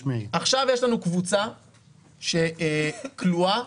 יש לנו קבוצה שכלואה,